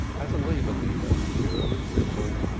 as a labor-leader, pure and simple,